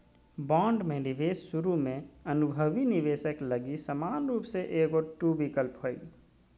bond में निवेश शुरु में अनुभवी निवेशक लगी समान रूप से एगो टू विकल्प हइ